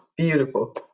Beautiful